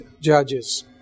judges